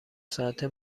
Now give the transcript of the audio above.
ساعته